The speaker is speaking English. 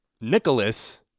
Nicholas